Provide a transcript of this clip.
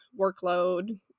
workload